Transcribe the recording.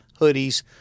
hoodies